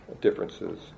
differences